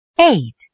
Eight